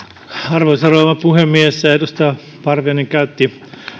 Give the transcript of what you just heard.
arvoisa rouva puhemies edustaja parviainen käytti